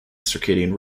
circadian